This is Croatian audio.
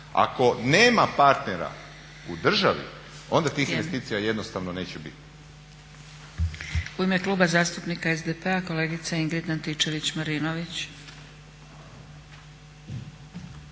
Ako nema partnera u državi onda tih investicija jednostavno neće biti.